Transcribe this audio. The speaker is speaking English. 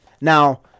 Now